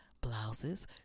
blouses